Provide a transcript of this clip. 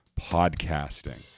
podcasting